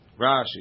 Rashi